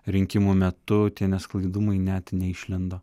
rinkimų metu tie nesklandumai net neišlindo